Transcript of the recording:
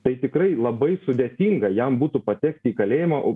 tai tikrai labai sudėtinga jam būtų patekti į kalėjimą o